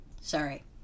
Sorry